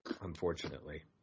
Unfortunately